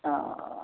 অঁ